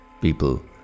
people